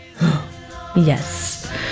Yes